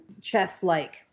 chess-like